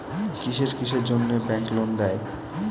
কিসের কিসের জন্যে ব্যাংক লোন দেয়?